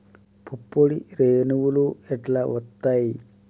పుప్పొడి రేణువులు ఎట్లా వత్తయ్?